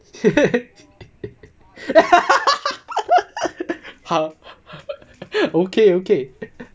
好 okay okay